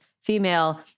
female